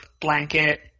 blanket